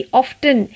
often